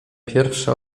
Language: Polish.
pierwsze